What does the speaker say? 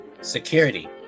Security